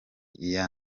iya